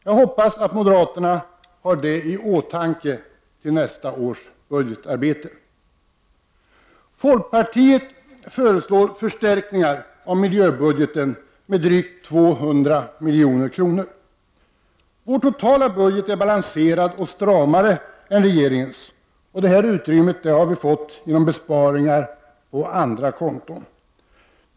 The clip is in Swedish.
Jag hoppas att moderaterna har detta i åtanke till nästa års budgetarbete. Vi i folkpartiet föreslår förstärkningar av miljöbudgeten med drygt 200 milj.kr. Vår totala budget är balanserad och stramare än regeringens, och detta utrymme har erhållits genom besparingar på andra konton.